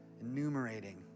Enumerating